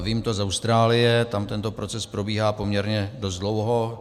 Vím to z Austrálie, tam tento proces probíhá poměrně dost dlouho.